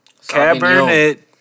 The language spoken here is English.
Cabernet